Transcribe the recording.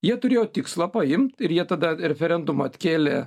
jie turėjo tikslą paimt ir jie tada referendumą atkėlė